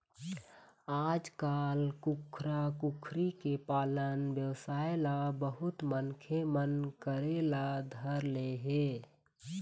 आजकाल कुकरा, कुकरी के पालन बेवसाय ल बहुत मनखे मन करे ल धर ले हे